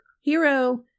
Hero